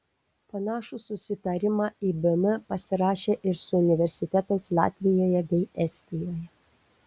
panašų susitarimą ibm pasirašė ir su universitetais latvijoje bei estijoje